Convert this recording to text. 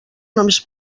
només